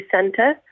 centre